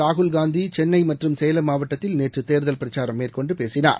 ராகுல்காந்தி சென்னைமற்றும் சேலம் மாவட்டத்தில் நேற்றுதேர்தல் பிரச்சாரம் மேற்கொண்டுபேசினார்